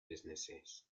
businesses